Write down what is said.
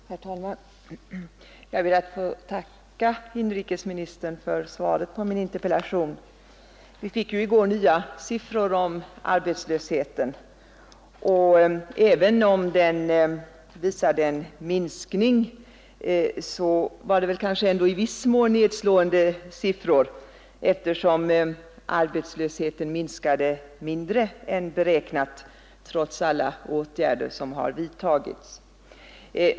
Herr talman! Jag ber att få tacka inrikesministern för svaret på min interpellation. Vi fick ju i går nya siffror om arbetslösheten, och även om den visade en minskning, så var det ändå i viss mån nedslående siffror, eftersom arbetslösheten minskat mindre än beräknat, trots alla åtgärder som har vidtagits.